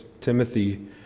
Timothy